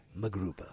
Magruba